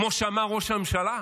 כמו שאמר ראש הממשלה?